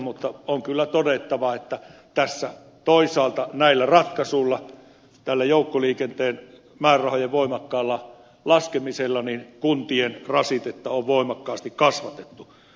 mutta on kyllä todettava että toisaalta näillä ratkaisuilla tällä joukkoliikenteen määrärahojen voimakkaalla laskemisella kuntien rasitetta on voimakkaasti kasvatettu